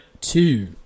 two